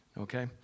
Okay